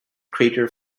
crater